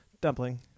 Dumpling